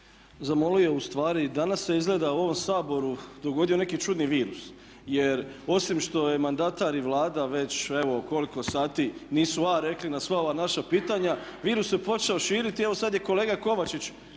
zamolio ustvari danas se izgleda u ovom Saboru dogodio neki čudni virus jer osim što je mandatar i Vlada već evo koliko sati nisu "A" rekli na sva ova naša pitanja virus se počeo širiti, evo sada je kolega Kovačić